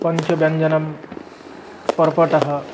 पञ्चव्यञ्जनं पर्पटः